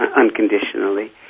unconditionally